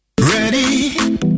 Ready